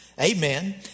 Amen